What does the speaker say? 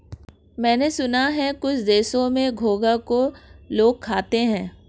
मैंने सुना है कुछ देशों में घोंघा को लोग खाते हैं